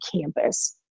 campus